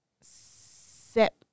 set